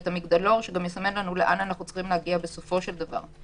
ואת המגדלור שיסמן לנו לאן אנו צריכים להגיע בסופו של דבר,